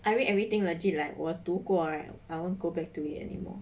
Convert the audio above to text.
I read everything legit like 我读过 right I won't go back to it anymore